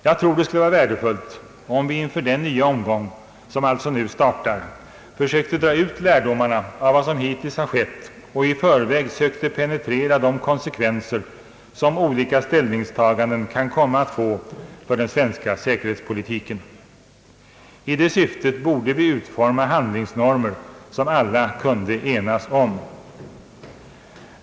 Jag tror det skulle vara värdefullt om vi inför den nya omgång som alltså nu startar försökte dra ut lärdomarna av vad som hittills har skett och i förväg sökte penetrera de konsekvenser som olika ställningstaganden kan komma att få för den svenska säkerhetspolitiken. I det syftet borde vi utforma handlingsnormer som alla kunde enas om.